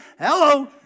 Hello